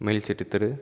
மேல் செட்டி தெரு